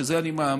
שבזה אני מאמין